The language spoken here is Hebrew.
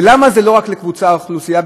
ולמה זה לא רק לקבוצת אוכלוסייה?